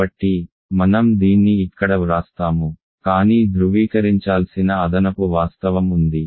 కాబట్టి మనం దీన్ని ఇక్కడ వ్రాస్తాము కానీ ధృవీకరించాల్సిన అదనపు వాస్తవం ఉంది